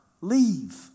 leave